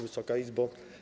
Wysoka Izbo!